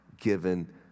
given